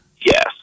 Yes